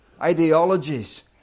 ideologies